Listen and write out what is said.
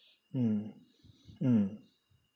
mm mm